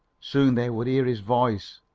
soon they would hear his voice.